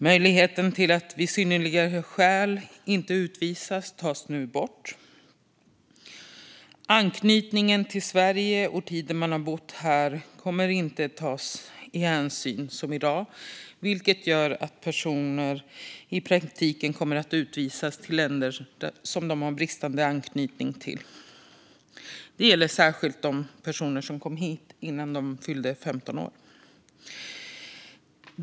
Möjligheten att vid synnerliga skäl inte utvisas tas nu bort. Anknytningen till Sverige och tiden man bott här kommer inte att tas hänsyn till som i dag, vilket gör att personer i praktiken kommer att utvisas till länder som de har bristande anknytning till. Det gäller särskilt de personer som kom hit innan de fyllde 15 år.